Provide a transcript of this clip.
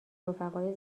رفقای